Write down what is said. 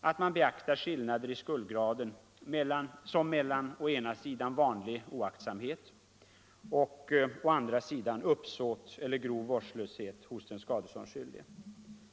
att man beaktar skillnader i skuldgraden, såsom emellan å ena sidan vanlig oaktsamhet och å andra sidan uppsåt eller grov vårdslöshet hos den skadeståndsskyldige.